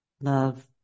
love